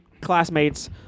classmates